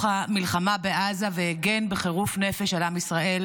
המלחמה בעזה והגן בחירוף נפש על עם ישראל,